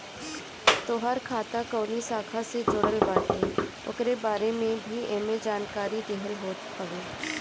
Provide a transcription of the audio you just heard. तोहार खाता कवनी शाखा से जुड़ल बाटे उकरे बारे में भी एमे जानकारी देहल होत हवे